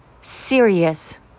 serious